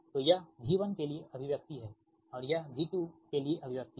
तो यह V1 के लिए अभिव्यक्ति है और यह V2 t x के लिए अभिव्यक्ति है